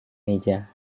meja